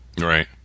right